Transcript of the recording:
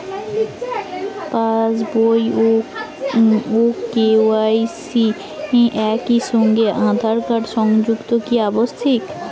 পাশ বই ও কে.ওয়াই.সি একই সঙ্গে আঁধার কার্ড সংযুক্ত কি আবশিক?